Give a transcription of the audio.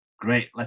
great